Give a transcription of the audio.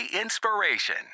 inspiration